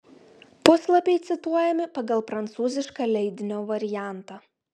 puslapiai cituojami pagal prancūzišką leidinio variantą